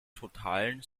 totalen